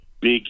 big